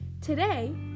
Today